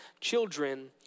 children